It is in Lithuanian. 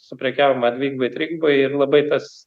suprekiaujama dvigubai trigubai ir labai tas